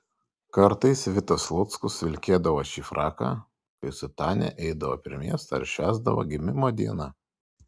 kartais vitas luckus vilkėdavo šį fraką kai su tania eidavo per miestą ar švęsdavo gimimo dieną